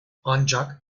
ancak